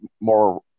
more